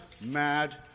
mad